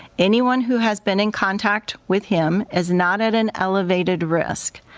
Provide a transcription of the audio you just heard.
anyone who has been in contact with him as not at an elevated risk.